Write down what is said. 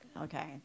Okay